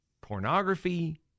pornography